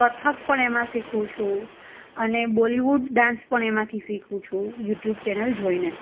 કથક પણ એમાં શીખું છું અને બોલીવુડ ડાન્સ પણ એમાંથી શીખું છું યુટ્યુબ ચેનલ જોઈને